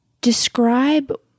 Describe